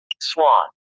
Swan